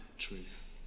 truth